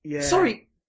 Sorry